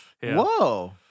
Whoa